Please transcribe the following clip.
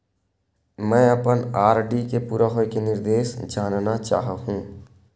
मैं अपन आर.डी के पूरा होये के निर्देश जानना चाहहु